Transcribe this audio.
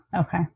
Okay